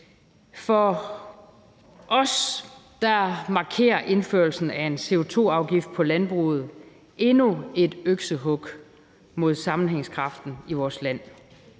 For os markerer indførelsen af en CO2-afgift på landbruget endnu et øksehug mod sammenhængskraften i vores land.